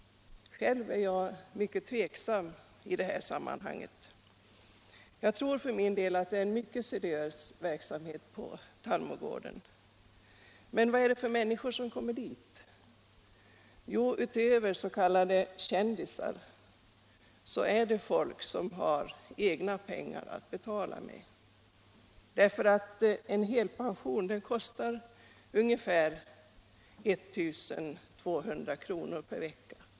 Själv är jag mycket tveksam i detta fall. För min del tror jag att det är en mycket seriös verksamhet på Tallmogården. Men vad är det för människor som kommer dit? Jo, förutom s.k. kändisar är det folk som har egna pengar att betala med. En helpension kostar nämligen ungefär 1 200 kr. per vecka.